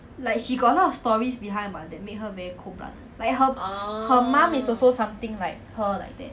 like she got a lot of stories behind that made her very cool lah like her mum her mum is also something like her like that